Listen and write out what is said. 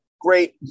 great